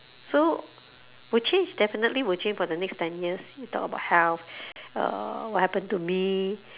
so will change definitely will change for the next ten years you talk about health uh what happen to me